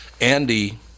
Andy